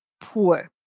poor